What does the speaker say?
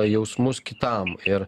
jausmus kitam ir